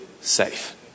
safe